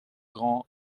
grand